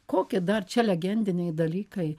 koki dar čia legendiniai dalykai